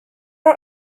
are